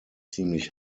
ziemlich